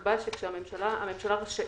נקבע שהממשלה רשאית,